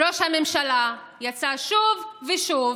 ראש הממשלה יצא שוב ושוב